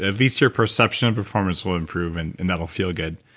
at least your perception of performance will improve and and that will feel good